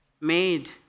made